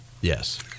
Yes